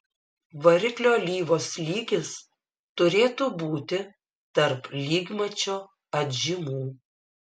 variklio alyvos lygis turėtų būti tarp lygmačio atžymų